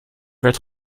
werd